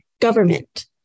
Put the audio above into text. Government